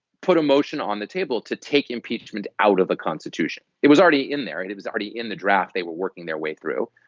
put a motion on the table to take impeachment out of the constitution. it was already in there. it it was already in the draft. they were working their way through,